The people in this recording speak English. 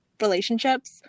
relationships